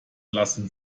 lassen